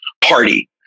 party